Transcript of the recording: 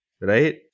Right